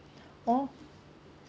oh